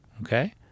okay